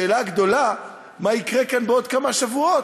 השאלה הגדולה, מה יקרה כאן בעוד כמה שבועות,